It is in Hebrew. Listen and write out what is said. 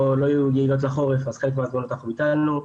יהיו יעילות לחורף אז חלק מההזמנות אנחנו ביטלנו.